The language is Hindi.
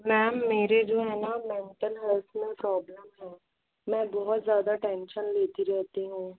मेम मेरे जो है ना मेंटल हेल्थ में प्रोब्लम है मैं बहुत ज़्यादा टेंशन लेती रहती हूँ